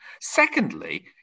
Secondly